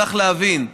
צריך להבין,